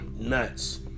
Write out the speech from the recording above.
nuts